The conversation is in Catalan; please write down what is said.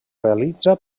realitza